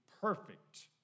perfect